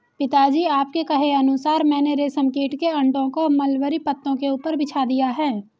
पिताजी आपके कहे अनुसार मैंने रेशम कीट के अंडों को मलबरी पत्तों के ऊपर बिछा दिया है